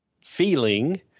Feeling